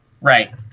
Right